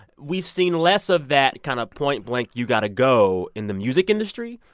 we've seen less of that kind of point-blank you've got to go in the music industry.